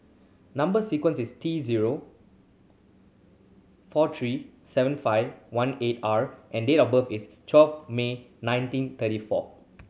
number sequence is T zero four three seven five one eight R and date of birth is twelve May nineteen thirty four